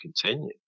continue